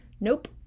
Nope